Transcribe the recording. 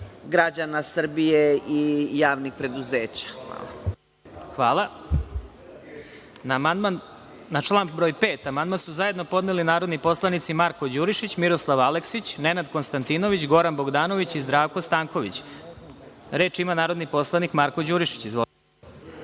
građana Srbije i javnih preduzeća. Hvala. **Vladimir Marinković** Hvala. Na član 5. amandman su zajedno podneli narodni poslanici Marko Đurišić, Miroslav Aleksić, Nenad Konstantinović, Goran Bogdanović i Zdravko Stanković. Reč ima narodni poslanik Marko Đurišić. Izvolite.